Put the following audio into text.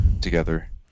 together